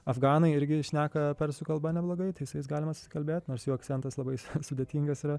afganai irgi šneka persų kalba neblogai tai ju jais galima susikalbėt nors jų akcentas labai sudėtingas yra